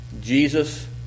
Jesus